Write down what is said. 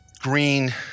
green